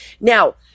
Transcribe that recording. Now